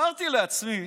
אמרתי לעצמי,